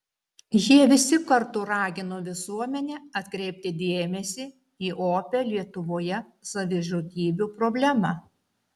jie visi kartu ragino visuomenę atkreipti dėmesį į opią lietuvoje savižudybių problemą